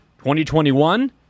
2021